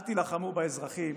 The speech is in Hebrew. אל תילחמו באזרחים,